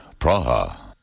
Praha